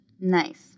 Nice